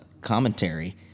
commentary